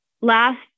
last